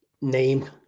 name